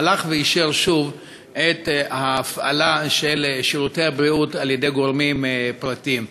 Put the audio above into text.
הלך ואישר שוב את ההפעלה של שירותי הבריאות על-ידי גורמים פרטיים.